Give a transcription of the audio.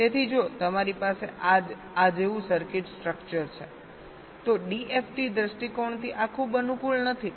તેથી જો તમારી પાસે આ જેવું સર્કિટ સ્ટ્રક્ચર છે તો ડીએફટી દૃષ્ટિકોણથી આ ખૂબ અનુકૂળ નથી